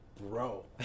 Bro